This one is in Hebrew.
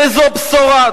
איזו בשורה.